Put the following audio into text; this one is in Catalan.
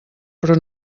però